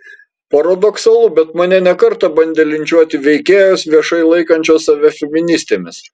paradoksalu bet mane ne kartą bandė linčiuoti veikėjos viešai laikančios save feministėmis